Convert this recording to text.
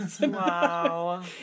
Wow